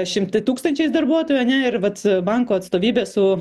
šimt tūkstančiais darbuotojų ane ir vat banko atstovybė su